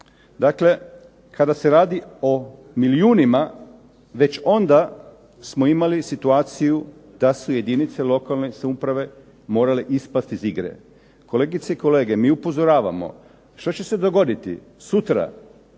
Dakle, kada se radi o milijunima već onda smo imali situaciju da su jedinice lokalne samouprave morale ispast iz igre. Kolegice i kolege, mi upozoravamo, što će se dogoditi sutra